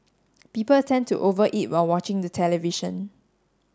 people tend to over eat while watching the television